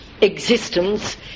existence